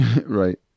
Right